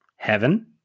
heaven